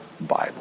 Bible